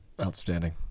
Outstanding